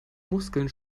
muskeln